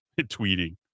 Tweeting